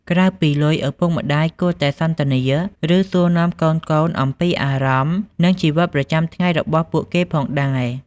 ក្រៅពីលុយ ឪពុកម្តាយគួរតែសន្ទនា ឬសួរនាំកូនៗអំពីអារម្មណ៍ និងជីវិតប្រចាំថ្ងៃរបស់ពួកគេផងដែរ។